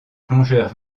plongeurs